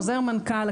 חוזר מנכ"ל,